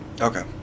Okay